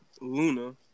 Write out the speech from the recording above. Luna